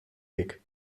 dick